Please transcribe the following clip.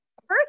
first